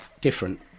different